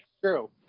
True